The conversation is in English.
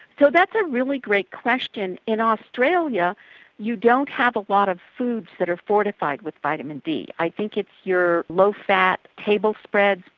so that's a really great question. in australia you don't have a lot of foods that are fortified with vitamin d. i think it's your low-fat table spreads,